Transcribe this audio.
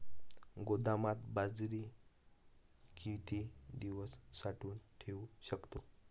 गोदामात बाजरी किती दिवस साठवून ठेवू शकतो?